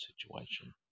situation